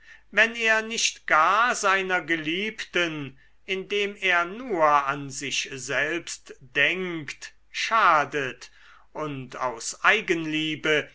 wenn er nicht gar seiner geliebten indem er nur an sich selbst denkt schadet und aus eigenliebe